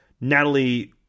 Natalie